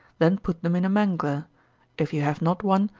then put them in a mangler if you have not one,